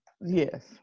Yes